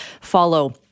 follow